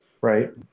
Right